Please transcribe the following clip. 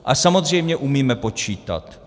A samozřejmě umíme počítat.